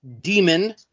demon